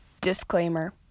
Disclaimer